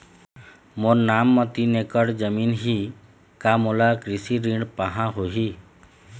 मोर नाम म तीन एकड़ जमीन ही का मोला कृषि ऋण पाहां होही?